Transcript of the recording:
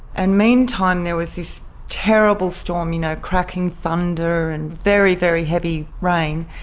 and meantime there was this terrible storm, you know, cracking thunder and very, very heavy rain.